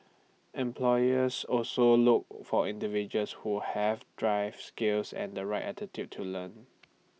employers also look for individuals who have drive skills and the right attitude to learn